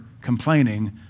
complaining